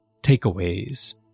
Takeaways